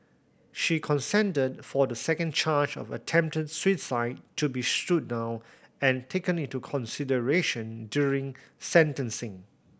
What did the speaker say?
she consented for the second charge of attempted suicide to be stood down and taken into consideration during sentencing